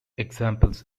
examples